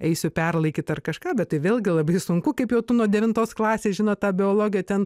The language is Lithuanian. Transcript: eisiu perlaikyt ar kažką bet vėlgi labai sunku kaip jau tu nuo devintos klasės žinot tą biologiją ten